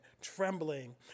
trembling